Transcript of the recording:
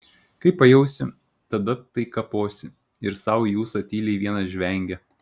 kai pajausi tada tai kaposi ir sau į ūsą tyliai vienas žvengia